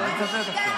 הפריעו לי.